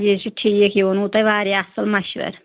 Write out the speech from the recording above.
یہِ چھُو ٹھیٖک یہِ ووٚنوٕ تۄہہِ واریاہ اَصٕل مَشوَرٕ